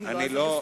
אם לא,